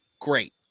great